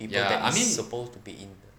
people that is supposed to be in